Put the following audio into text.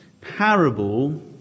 parable